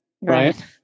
right